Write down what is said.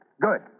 Good